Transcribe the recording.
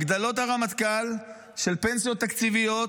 של פנסיות תקציביות,